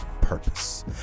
Purpose